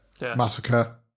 massacre